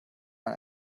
man